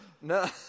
no